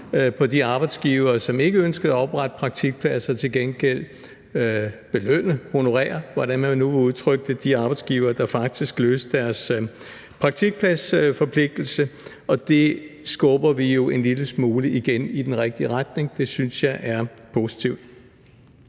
på de arbejdsgivere, som ikke ønskede at oprette praktikpladser, og til gengæld belønne, honorere, eller hvordan man nu vil udtrykke det, de arbejdsgivere, der faktisk opfyldte deres praktikpladsforpligtelse, og det skubber vi jo igen en lille smule i den rigtige retning. Det synes jeg er positivt.